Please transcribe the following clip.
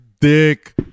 Dick